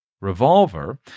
revolver